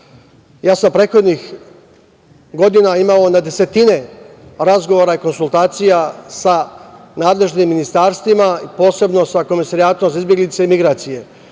sam prethodnih godina imao na desetine razgovara, konsultacija sa nadležnim ministarstvima, posebno sa Komesarijatom za izbeglice i migracije,